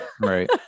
right